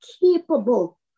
capable